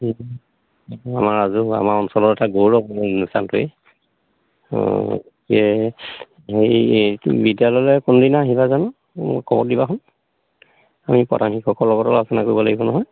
আমাৰ ৰাজহুৱা আমাৰ অঞ্চলৰ এটা গৌৰৱ সেই অনুষ্ঠানটোৱেই অঁ হেৰি এই বিদ্যালয়লৈ কোনদিনা আহিবা জানো মোক খবৰটো দিবাছোন আমি প্ৰধান শিক্ষকৰ লগতো আলোচনা কৰিব লাগিব নহয়